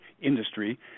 industry